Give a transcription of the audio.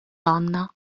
donna